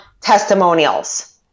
testimonials